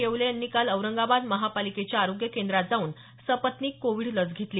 येवले यांनी काल औरंगाबाद महापालिकेच्या आरोग्य केंद्रात जाऊन सपत्निक कोविड लस घेतली